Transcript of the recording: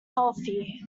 healthy